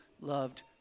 loved